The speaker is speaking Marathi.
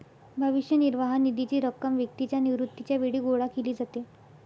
भविष्य निर्वाह निधीची रक्कम व्यक्तीच्या निवृत्तीच्या वेळी गोळा केली जाते